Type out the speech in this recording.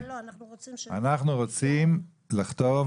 חלק